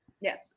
Yes